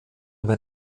mit